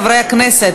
חברי הכנסת,